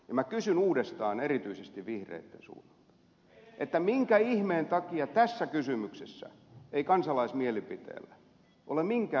minä kysyn uudestaan erityisesti vihreitten suunnalta minkä ihmeen takia tässä kysymyksessä ei kansalaismielipiteellä ole minkään valtakunnan merkitystä